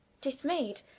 Dismayed